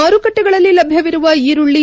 ಮಾರುಕಟ್ಟೆಗಳಲ್ಲಿ ಲಭ್ಯವಿರುವ ಈರುಳ್ಳಿ